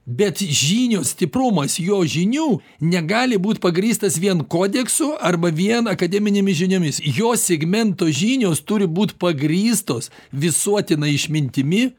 bet žynio stiprumas jo žinių negali būt pagrįstas vien kodeksu arba vien akademinėmis žiniomis jos segmento žinios turi būti pagrįstos visuotina išmintimi